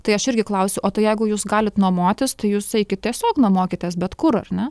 tai aš irgi klausiu o tai jeigu jūs galit nuomotis tai jūs eikit tiesiog nuomokitės bet kur ar ne